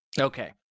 Okay